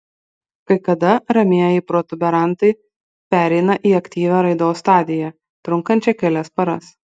kai kada ramieji protuberantai pereina į aktyvią raidos stadiją trunkančią kelias paras